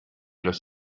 los